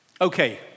Okay